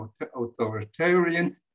authoritarian